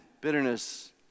bitterness